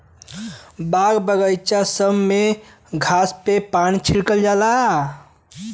बाग बगइचा सब में घास पे पानी छिड़कल जाला